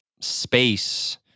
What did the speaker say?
space